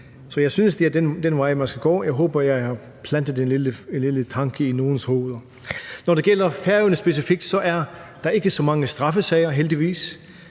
Så jeg synes, det er den vej, man skal gå. Jeg håber, jeg har plantet en lille tanke i nogles hoveder. Når det gælder Færøerne specifikt, er der ikke så mange straffesager, heldigvis,